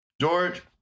George